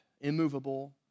immovable